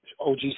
OG